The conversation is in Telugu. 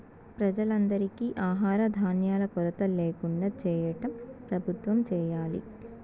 ప్రజలందరికీ ఆహార ధాన్యాల కొరత ల్యాకుండా చేయటం ప్రభుత్వం చేయాలి